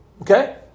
Okay